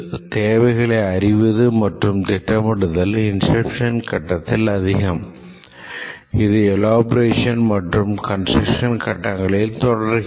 தேவைகளை அறிவது மற்றும் திட்டமிடுதல் இன்செப்ஷன் கட்டத்தில் அதிகம் இது எலோபரேஷன் மற்றும் கன்ஸ்டரக்ஷன் கட்டங்களிலும் தொடர்கிறது